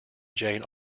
jane